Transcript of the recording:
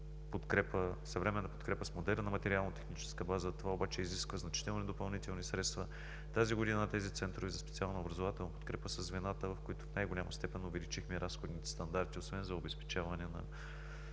осъществяват съвременна подкрепа с модерна материално-техническа база. Това обаче изисква значителни допълнителни средства. Тази година тези центрове за специална образователна подкрепа са звената, в които в най-голяма степен увеличихме разходните стандарти. Освен за обезпечаване на